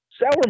Sour